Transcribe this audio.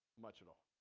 much will